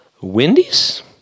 Wendy's